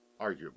arguably